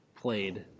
played